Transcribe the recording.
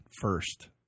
first